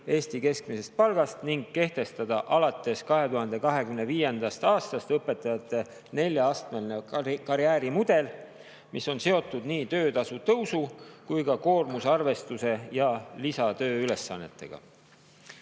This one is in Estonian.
Eesti keskmisest palgast ning kehtestada alates 2025. aastast õpetajate neljaastmeline karjäärimudel, mis on seotud töötasu tõusu, koormuse arvestuse ja lisatööülesannetega.